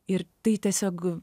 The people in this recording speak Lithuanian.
ir tai tiesiog